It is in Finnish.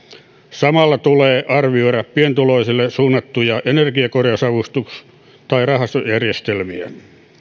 samalla tulee arvioida pienituloisille suunnattuja energiakorjausavustus tai rahastojärjestelmiä